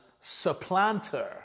supplanter